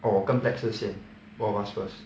oh 我跟 black 是 same both of us first